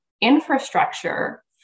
infrastructure